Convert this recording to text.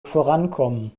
vorankommen